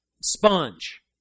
sponge